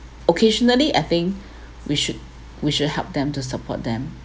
occasionally I think we should we should help them to support them